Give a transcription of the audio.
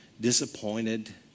disappointed